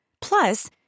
Plus